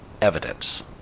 evidence